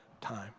time